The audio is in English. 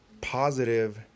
positive